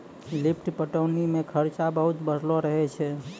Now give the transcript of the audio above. lift पटौनी मे खरचा बहुत बढ़लो रहै छै